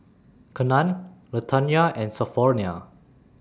Kenan Latanya and Sophronia